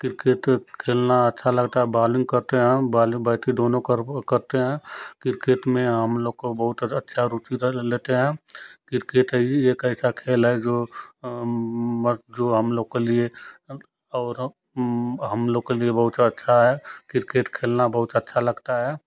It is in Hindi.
किरकिट खेलना अच्छा लगता है बालिंग करते हैं हम बाली बैटी दोनों करते हैं किरकिट में हम लोग को बहुत आ अच्छा रुचि रह लेते हैं किरकिट ही एक ऐसा खेल है जो मस्त जो हम लोग के लिए और हम लोग के लिए बहुत अच्छा है किरकिट खेलना बहुत अच्छा लगता है